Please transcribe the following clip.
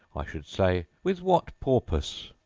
i should say with what porpoise?